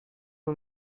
اون